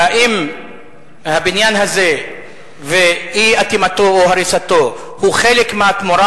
האם הבניין הזה ואי-אטימתו או הריסתו הוא חלק מהתמורה,